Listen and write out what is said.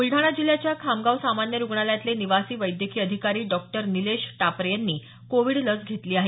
बुलडाणा जिल्ह्याच्या खामगाव सामान्य रुग्णालयातले निवासी वैद्यकीय अधिकारी डॉ नीलेश टापरे यांनी कोविड लस घेतली आहे